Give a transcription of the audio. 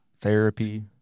therapy